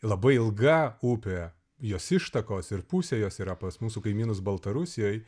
labai ilga upė jos ištakos ir pusė jos yra pas mūsų kaimynus baltarusijoj